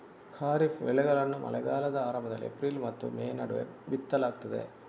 ಖಾರಿಫ್ ಬೆಳೆಗಳನ್ನು ಮಳೆಗಾಲದ ಆರಂಭದಲ್ಲಿ ಏಪ್ರಿಲ್ ಮತ್ತು ಮೇ ನಡುವೆ ಬಿತ್ತಲಾಗ್ತದೆ